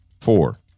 four